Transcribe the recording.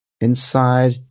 inside